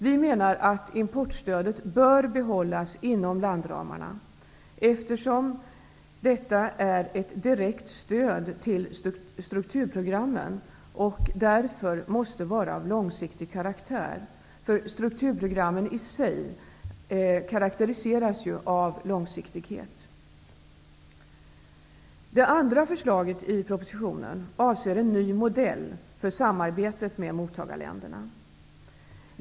Vi menar att importstödet bör behållas inom landramarna eftersom detta, som är ett direkt stöd till strukturprogrammen, måste vara av långsiktig karaktär. Strukturprogrammen i sig karakteriseras ju av långsiktighet. Det andra förslaget i propositionen avser en ny modell för samarbetet med mottagarländerna.